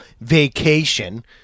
vacation